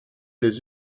les